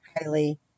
highly